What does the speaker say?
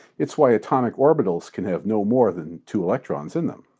it's why atomic orbitals can have no more than two electrons in them.